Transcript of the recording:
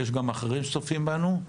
יש גם אחרים שצופים בנו.